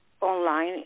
online